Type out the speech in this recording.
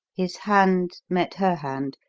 his hand met her hand,